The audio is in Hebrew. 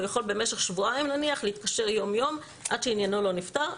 הוא יכול במשך שבועיים להתקשר יום-יום עד שעניינו ייפתר.